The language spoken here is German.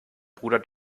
bruder